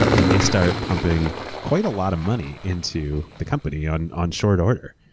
and they start pumping quite a lot of money into the company on on short order.